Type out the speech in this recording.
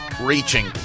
reaching